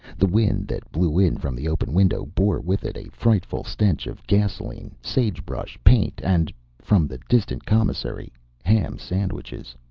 the wind that blew in from the open window bore with it a frightful stench of gasoline, sagebrush, paint, and from the distant commissary ham sandwiches.